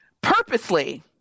purposely